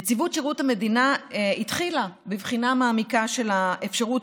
נציבות שירות המדינה התחילה בבחינה מעמיקה של האפשרות